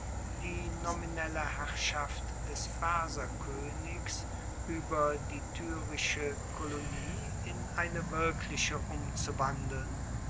die nominelle herrschaft des perserkoenigs ueber die tyrische kolonie in eine wirkliche umzuwandeln